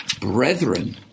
brethren